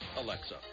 Alexa